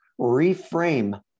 reframe